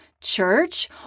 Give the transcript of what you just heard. church